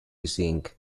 sink